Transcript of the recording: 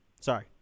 Sorry